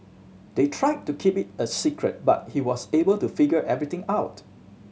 they tried to keep it a secret but he was able to figure everything out